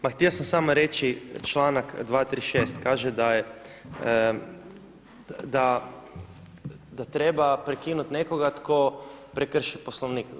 Pa htio sam samo reći članaki 236. kaže da je, da treba prekinut nekoga tko prekrši Poslovnik.